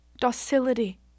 docility